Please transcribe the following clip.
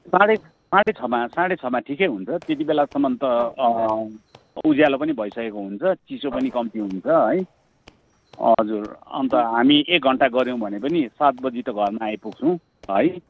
साढे साढे छमा साढे छमा ठिकै हुन्छ त्यति बेलासम्म त उज्यालो पनि भइसकेको हुन्छ चिसो पनि कम्ती हुन्छ है हजुर अन्त हामी एक घन्टा गर्यौँ भने पनि सात बजी त घरमा आइपुग्छौँ है